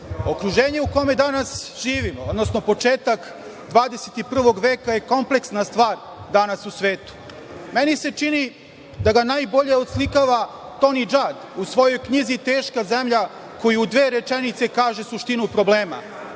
okruženje u kome danas živimo, odnosno početak 21. veka je kompleksna stvar danas u svetu. Meni se čini da ga najbolje oslikava Toni DŽad u svojoj knjizi „Teška zemlja“ koji u dve rečenice kaže suštinu problema.